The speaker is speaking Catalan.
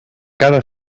cada